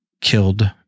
killed